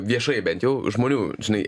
viešai bent jau žmonių žinai